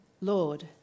Lord